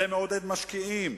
זה מעודד משקיעים,